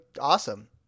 awesome